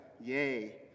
yay